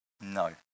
No